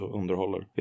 underhåller